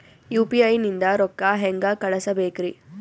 UPI ನಿಂದ ರೊಕ್ಕ ಹೆಂಗ ಕಳಸಬೇಕ್ರಿ?